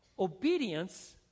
Obedience